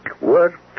work